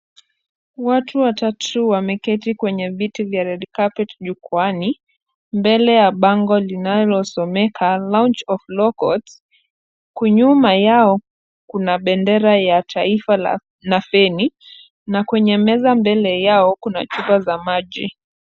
Watu watatu wameketi kwenye viti vya red carpet jukwaani mbele ya bango linalosomeka launch of Law Courts . Kwa nyuma yao kuna bendera ya taifa la na feni na kwenye meza mbele yao kuna chupa za maji.